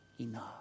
enough